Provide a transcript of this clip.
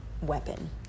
weapon